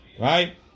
right